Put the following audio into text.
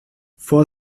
vor